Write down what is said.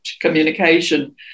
communication